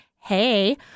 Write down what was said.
hey